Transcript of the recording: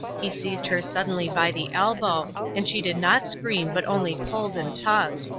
he seized her suddenly by the elbow and she did not scream but only pulled and tugged.